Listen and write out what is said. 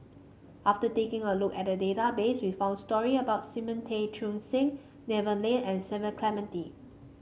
after taking a look at database we found story about Simon Tay Seong Chee Devan Nair and Cecil Clementi